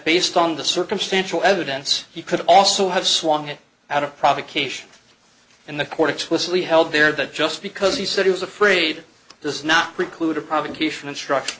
based on the circumstantial evidence he could also have swung it out of provocation and the court explicitly held there that just because he said he was afraid does not preclude a provocation instruct